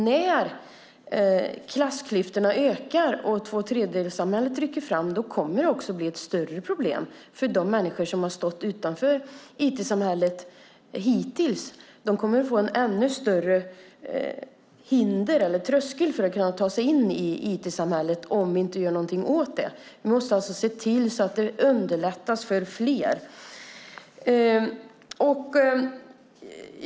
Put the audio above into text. När klassklyftorna ökar och tvåtredjedelssamhället rycker fram kommer det också att bli ett större problem för de människor som har stått utanför IT-samhället hittills. De kommer att få en ännu högre tröskel för att ta sig in i IT-samhället om vi inte gör någonting åt det. Vi måste alltså se till att det underlättas för fler.